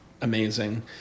amazing